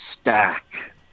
stack